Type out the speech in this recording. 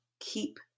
keep